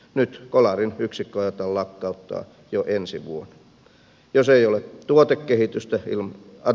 nyt kolarin yksikkö aiotaan lakkauttaa jo ensi vuonna